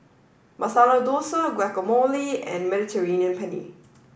Masala Dosa Guacamole and Mediterranean Penne